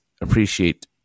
appreciate